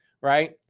right